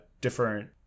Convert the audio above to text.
different